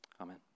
Amen